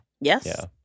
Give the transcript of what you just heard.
Yes